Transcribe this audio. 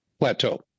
plateau